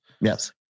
yes